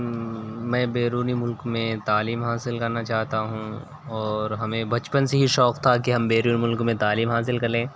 میں بیرونی ملک میں تعلیم حاصل کرنا چاہتا ہوں اور ہمیں بچپن سے ہی شوق تھا کہ ہم بیرونی ملک میں تعلیم حاصل کریں